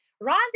Ron